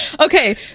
Okay